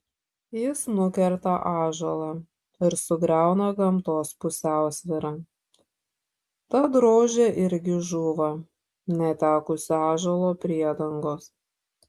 jis nukerta ąžuolą ir sugriauna gamtos pusiausvyrą tad rožė irgi žūva netekusi ąžuolo priedangos